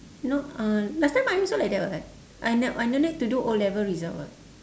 no uh last time I'm also like that [what] I n~ I no need to do O-level result [what]